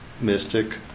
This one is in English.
mystic